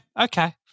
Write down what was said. okay